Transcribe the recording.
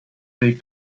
the